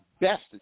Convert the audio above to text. best